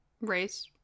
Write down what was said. race